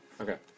Okay